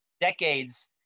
decades